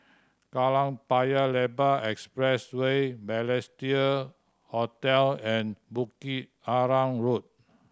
Kallang Paya Lebar Expressway Balestier Hotel and Bukit Arang Road